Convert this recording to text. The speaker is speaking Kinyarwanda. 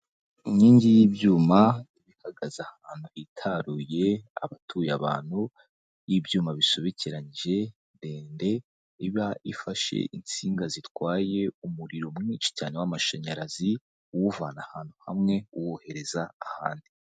Inkingi y'ibyuma ihagaze ahantu hitaruye ahatuye abantu y'ibyuma bisobekeranyije ndende, iba ifashe insinga zitwaye umuriro mwinshi cyane w'amashanyarazi uwuvana ahantu hamwe uwohereza ahandi.